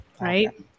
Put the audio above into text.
right